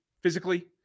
physically